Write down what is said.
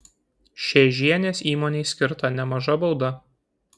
šėžienės įmonei skirta nemaža bauda